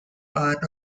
part